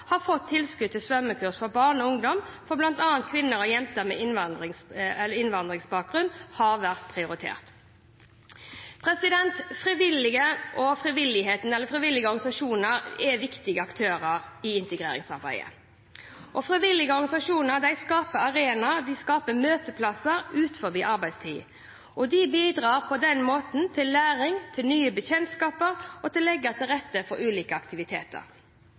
har fått tilskudd til svømmekurs for barn og ungdom, hvor bl.a. kvinner og jenter med innvandrerbakgrunn har vært prioritert. Frivilligheten og frivillige organisasjoner er viktige aktører i integreringsarbeid. Frivillige organisasjoner skaper arenaer og møteplasser utenfor arbeidstid, og de bidrar på den måten til læring, til nye bekjentskaper og legger til rette for ulike aktiviteter.